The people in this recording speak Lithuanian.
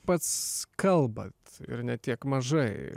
pats kalbat ir ne tiek mažai